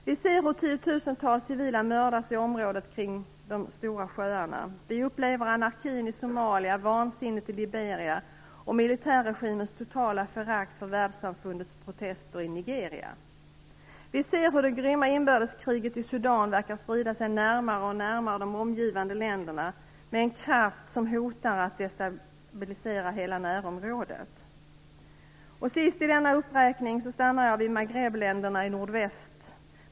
Vi ser hur tiotusentals civila mördas i området kring de stora sjöarna. Vi upplever anarkin i Somalia, vansinnet i Liberia och militärregimens totala förakt för världssamfundets protester i Nigeria. Vi ser hur det grymma inbördeskriget i Sudan verkar sprida sig närmare och närmare de omgivande länderna, med en kraft som hotar att destabilisera hela närområdet. Sist i denna uppräkning stannar jag vid Maghrebländerna i nordväst.